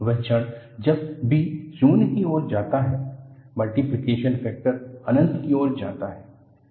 वह क्षण जब b शून्य की ओर जाता है मल्टीप्लिकेशन फैक्टर अनंत की ओर जाता है